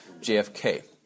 JFK